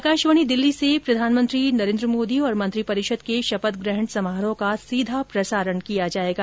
आकाशवाणी दिल्ली से प्रधानमंत्री नरेन्द्र मोदी और मंत्रपिरिषद के शपथग्रहण समारोह का सीधा प्रसारण किया जाएगा